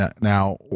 Now